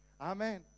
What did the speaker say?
Amen